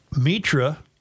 Mitra